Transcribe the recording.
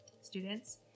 students